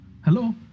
Hello